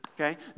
Okay